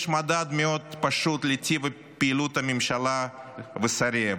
יש מדד מאוד פשוט לטיב פעילות הממשלה ושריה,